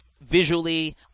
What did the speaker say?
visually